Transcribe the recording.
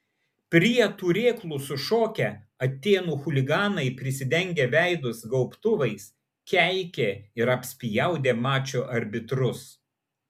prie turėklų sušokę atėnų chuliganai prisidengę veidus gaubtuvais keikė ir apspjaudė mačo arbitrus